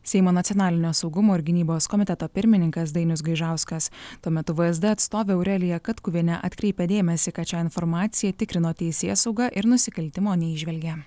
seimo nacionalinio saugumo ir gynybos komiteto pirmininkas dainius gaižauskas tuo metu vsd atstovė aurelija katkuvienė atkreipė dėmesį kad šią informaciją tikrino teisėsauga ir nusikaltimo neįžvelgė